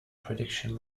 prediction